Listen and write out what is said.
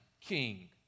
king